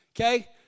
okay